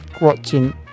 watching